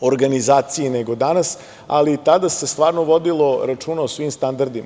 organizaciji nego danas, ali i tada se stvarno vodilo računa o svim standardima.